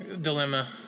dilemma